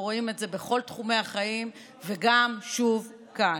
אנחנו רואים את זה בכל תחומי החיים ושוב, גם כאן.